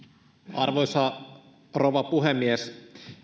arvoisa rouva puhemies